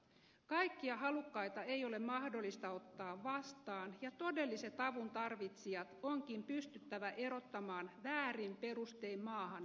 kaikkia halukkaita ei ole mahdollista ottaa vastaan ja todelliset avuntarvitsijat onkin pystyttävä erottamaan väärin perustein maahan pyrkivistä